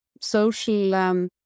social